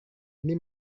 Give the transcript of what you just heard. ini